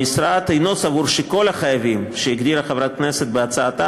המשרד אינו סובר שכל החייבים שהגדירה חברת הכנסת בהצעתה